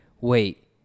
wait